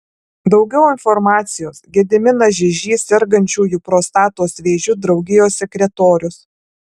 daugiau informacijos gediminas žižys sergančiųjų prostatos vėžiu draugijos sekretorius